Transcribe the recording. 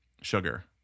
sugar